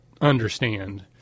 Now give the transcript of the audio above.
understand